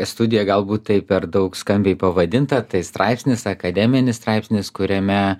studija galbūt taip per daug skambiai pavadinta tai straipsnis akademinis straipsnis kuriame